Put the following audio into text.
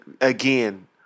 again